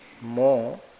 more